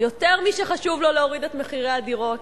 יותר משחשוב לו להוריד את מחירי הדירות,